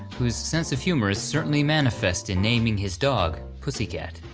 whose sense of humor is certainly manifest in naming his dog pussy cat.